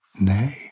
Nay